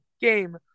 game